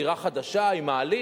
דירה חדשה עם מעלית,